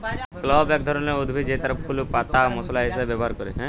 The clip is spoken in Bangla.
ক্লভ এক ধরলের উদ্ভিদ জেতার ফুল পাতা মশলা হিসাবে ব্যবহার ক্যরে